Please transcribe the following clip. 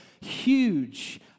huge